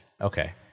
Okay